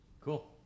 Cool